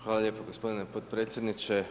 Hvala lijepa gospodine podpredsjedniče.